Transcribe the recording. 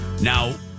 Now